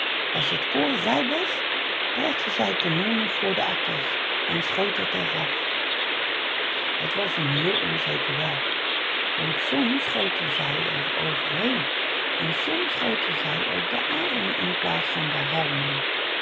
als het koren rijp was brachten zij kanonnen voor de akkers en schoten het er af dat was een heel onzeker werk want soms schoten zij er over heen en soms schoten zij ook de aren in plaats van de halmen